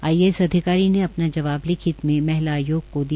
IAS अधिकारी ने अपना जवाब लिखित में महिला आयोग को दिया